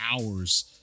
hours